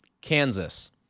Kansas